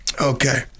Okay